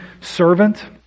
servant